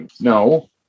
No